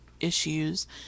issues